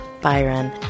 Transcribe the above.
Byron